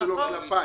אתה צודק.